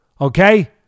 Okay